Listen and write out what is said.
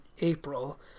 April